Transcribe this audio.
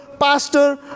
pastor